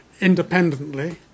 independently